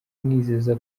amwizeza